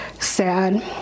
sad